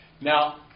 Now